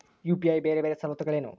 UPI ಬೇರೆ ಬೇರೆ ಸವಲತ್ತುಗಳೇನು?